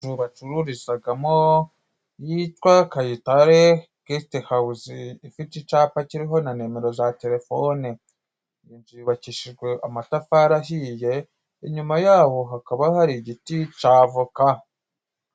Inzu bacururizagamo yitwa Kayitare Gesitehawuzi ifite icapa kiriho na nimero za terefone, inzu yubakishijwe amatafari ahiye, inyuma yaho hakaba hari igiti ca voka.